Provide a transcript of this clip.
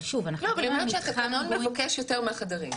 אבל היא אומרת שהתקנון מבקש יותר מהחדרים,